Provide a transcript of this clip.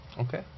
Okay